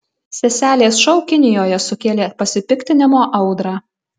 seselės šou kinijoje sukėlė pasipiktinimo audrą